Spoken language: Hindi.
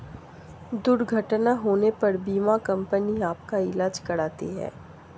दुर्घटना होने पर बीमा कंपनी आपका ईलाज कराती है